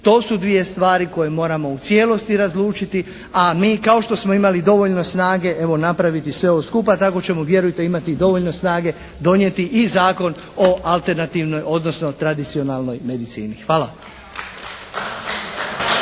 To su dvije stvari koje moramo u cijelosti razlučiti. A mi kao što smo imali dovoljno snage evo, napraviti sve ovo skupa, tako ćemo vjerujte imati i dovoljno snage donijeti i Zakon o alternativnoj odnosno tradicionalnom medicini. Hvala.